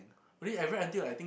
only I read until like